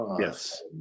Yes